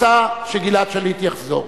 רוצה שגלעד שליט יחזור.